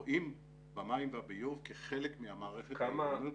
רואים במים והביוב כחלק מהמערכת, ובצדק.